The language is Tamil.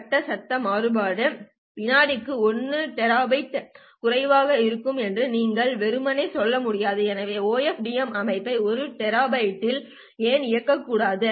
கட்ட சத்தம் மாறுபாடு வினாடிக்கு 1 டெராபிட்டில் குறைவாக இருக்கலாம் என்று நீங்கள் வெறுமனே சொல்ல முடியாது எனவே OFDM அமைப்பை 1 Tbps இல் ஏன் இயக்கக்கூடாது